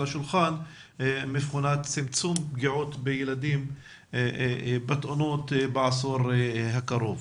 השולחן לצמצום פגיעות ילדים בתאונות בעשור הקרוב.